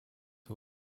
who